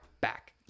back